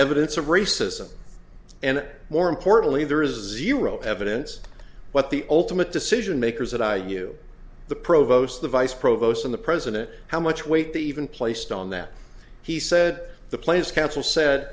evidence of racism and more importantly there is zero evidence what the ultimate decision makers that i knew the provost the vice provost of the president how much weight the even placed on that he said the players council said